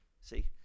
See